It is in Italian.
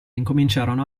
incominciarono